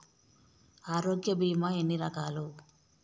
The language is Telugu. ఆరోగ్య బీమా ఎన్ని రకాలు?